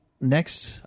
next